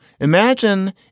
imagine